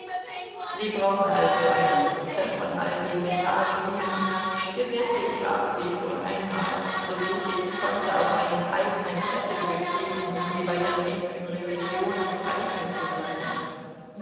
sie brauchen also eine liste von all diesen tagedieben gewiß ich habe sie schon einmal so gut ich's konnte auf einen eigenen zettel geschrieben um sie bei der nächsten revision streichen zu lassen